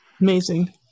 Amazing